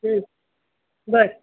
बरं